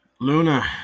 Luna